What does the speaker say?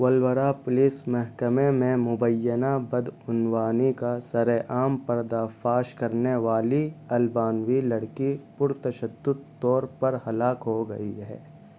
Vlora police محکمے میں مبینہ بدعنوانی کا سرعام پردہ فاش کرنے والی البانوی لڑکی پرتشدد طور پر ہلاک ہو گئی ہے